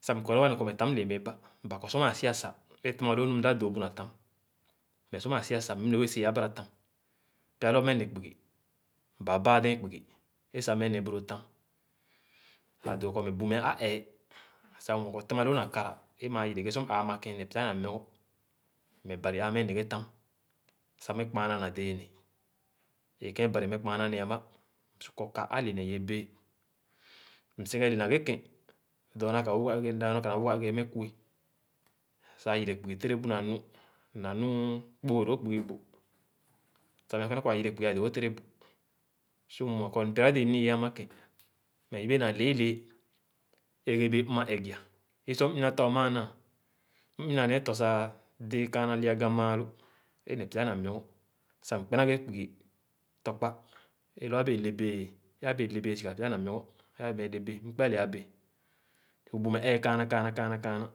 sah kɔ nee wa ne kɔ tam lee meh ba, ba kɔ sor maa si-a sah é tèma lõõ nu mda dõõ bu na tam. Meh sor mãã si-a sah mlu wẽẽ sua abàra tam Pya loo ameh ne kpugi, ba baah dɛɛn kpugi é sah meh neh bu loo tam. Ã dõõ kɔ bu meh a'ẽẽ sah mue kɔ téma lõõ na kara é mãã yere ghe sor m-ãã makẽn ne pya na muogɔ meh Bari ãã meh neh ghe é tam sah me kpããnà na dẽẽ neh. Ẽ kẽ Bari meh kpããnà ne ãmã, m̃ kɔ ka ãle ne yẽ bee. Msi ké le na ghe kẽ, dɔɔna ka wuga, dɔɔna ka na wuga e’ bẽẽ meh kue sah yere kpugi tẽrẽ bu na nu; na nu kpoogè lõõ kpugi bu sah meh kɔne kɔ ã yere kpugi ãdõõ-wo tèrè bu. So m'mue kɔ biradẽẽ ni-ẽẽ amakẽn meh yebe na leelee gerebee mma ẽge-a é sor m'ina tɔ ama now m'ina tɔ sah dẽ ikããnà le'ãghan maalõ e’ ne pya na muogo sah m'kpe le-ã bee. So bu meh ee kããnà kããnà kããnà.